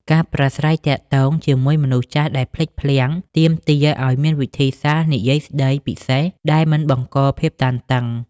ការប្រាស្រ័យទាក់ទងជាមួយមនុស្សចាស់ដែលភ្លេចភ្លាំង ទាមទារឱ្យមានវិធីសាស្ត្រនិយាយស្តីពិសេសដែលមិនបង្កភាពតានតឹង។